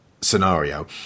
scenario